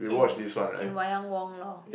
and in Wayang-Wong lor